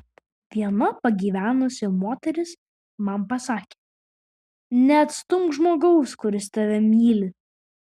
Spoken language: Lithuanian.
viena pagyvenusi moteris man pasakė neatstumk žmogaus kuris tave myli